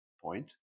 point